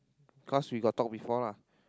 cause we got talk before lah